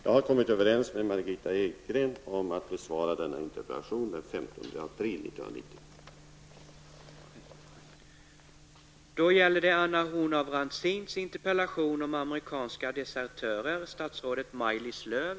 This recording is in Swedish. Jag har kommit överens med Margitta Edgren om att besvara denna interpellation den 15 april 1991.